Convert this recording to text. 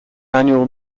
annual